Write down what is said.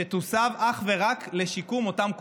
שתוסב אך ורק לשיקום אותם קורבנות.